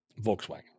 Volkswagen